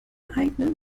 eigenen